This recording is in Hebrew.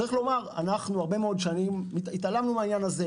צריך לומר שהרבה מאוד שנים התעלמנו מהדבר הזה.